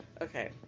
Okay